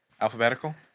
Alphabetical